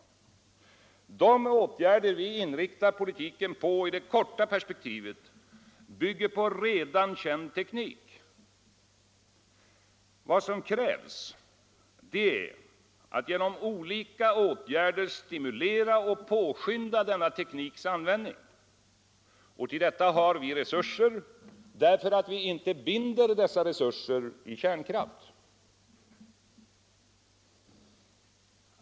De åtgärder vi inriktar politiken på i det korta perspektivet bygger på redan känd teknik. Vad som krävs är atf genom olika åtgärder stimulera och påskynda denna tekniks användning. Och till detta har vi resurser därför att vi inte binder dessa resurser i kärnkraft.